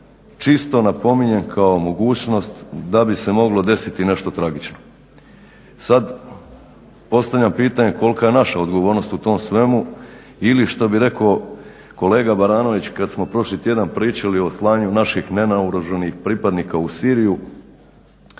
čisto napominjem kao mogućnost da bi se moglo desiti nešto tragično. Sad postavljam pitanje, kolika je naša odgovornost u tom svemu, ili što bi rekao kolega Baranović kad smo prošli tjedan pričali o slanju naših nenaoružanih pripadnika u Siriju,